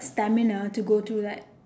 stamina to go through that